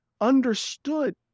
understood